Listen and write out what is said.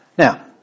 Now